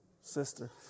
sister